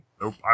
Nope